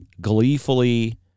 gleefully